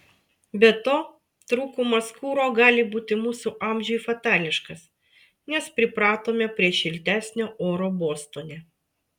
be to trūkumas kuro gali būti mūsų amžiui fatališkas nes pripratome prie šiltesnio oro bostone